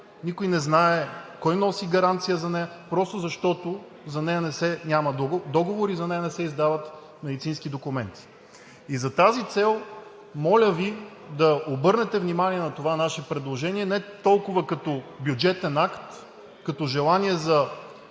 никой не знае кой носи гаранция за нея просто защото за нея няма договор и за нея не се издават медицински документи. И за тази цел моля Ви да обърнете внимание на това наше предложение не толкова като бюджетен акт, като желание за